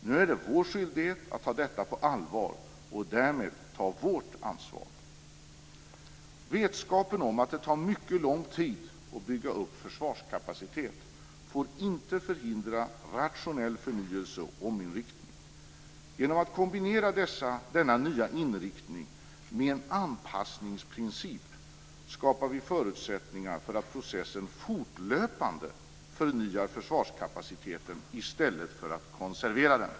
Nu är det vår skyldighet att ta detta på allvar och därmed ta vårt ansvar. Vetskapen om att det tar mycket lång tid att bygga upp försvarskapacitet får inte förhindra rationell förnyelse och ominriktning. Genom att kombinera denna nya inriktning med en anpassningsprincip skapar vi förutsättningar för att processen fortlöpande förnyar försvarskapaciteten i stället för att konservera den.